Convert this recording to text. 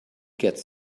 gets